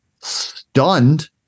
stunned